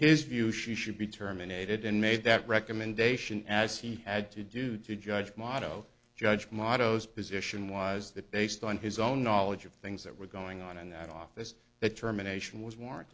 his view she should be terminated and made that recommendation as he had to do to judge moto judge mottos position was that based on his own knowledge of things that were going on in that office that terminations was warr